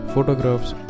Photographs